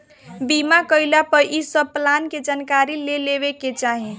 बीमा कईला पअ इ सब प्लान के जानकारी ले लेवे के चाही